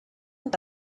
und